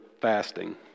fasting